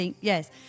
Yes